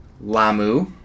Lamu